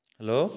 hello